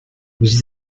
was